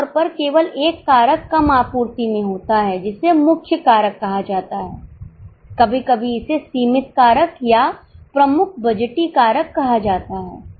आम तौर पर केवल एक कारक कम आपूर्ति में होता है जिसे मुख्य कारक कहा जाता है कभी कभी इसे सीमित कारक या प्रमुखबजटीय कारक कहा जाता है